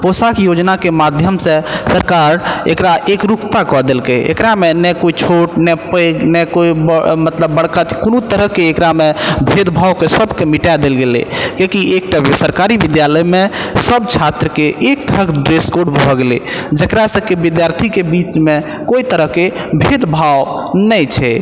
पोशाक योजनाके माध्यम से सरकार एकरा एक रूपता कऽ देलकै एकरामे नहि कोइ छोट नहि पैघ नहि कोइ ब मतलब बड़का कोनो तरहके एकरामे भेदभावके सबके मिटाए देल गेलै किए कि एक टा सरकारी विद्यालयमे सब छात्रके एक तरहके ड्रेसकोड भऽ गेलै जेकरा से कि विद्यार्थीके बीचमे कोइ तरहके भेदभाव नहि छै